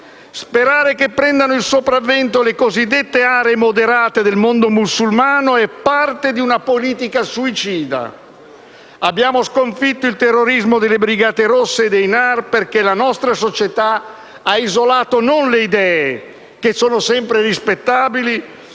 Sperare che prendano il sopravvento le cosiddette aree moderate del mondo musulmano è parte di una politica suicida. Abbiamo sconfitto il terrorismo delle Brigate Rosse e dei NAR perché la nostra società ha isolato non le idee, che sono sempre rispettabili,